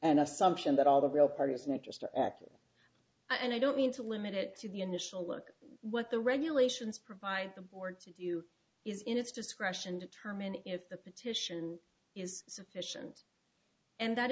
an assumption that all the real partisan interest to apple and i don't mean to limit it to the initial look what the regulations provide the board to do is in its discretion determine if the petition is sufficient and that